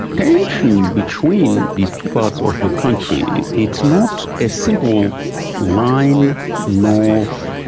tensions between these two parts of the country, it's not a simple line north,